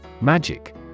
Magic